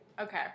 Okay